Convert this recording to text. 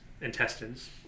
intestines